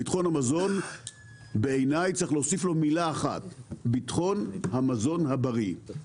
לביטחון המזון צריך להוסיף מילה אחת: ביטחון המזון הבריא,